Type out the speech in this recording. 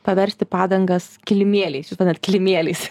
paversti padangas kilimėliais šitą net kilimėliais